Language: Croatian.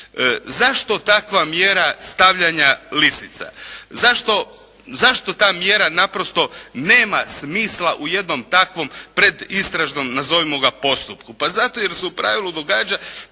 Zašto takva mjera stavljanja lisica? Zašto ta mjera naprosto nema smisla u jednom takvom predistražnom nazovimo ga postupku? Pa zato jer se u pravilu događa